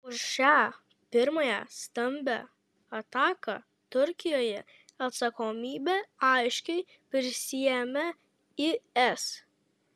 už šią pirmąją stambią ataką turkijoje atsakomybę aiškiai prisiėmė is